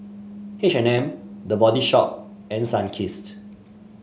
H and M The Body Shop and Sunkist